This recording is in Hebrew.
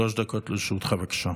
שלוש דקות לרשותך, בבקשה.